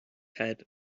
head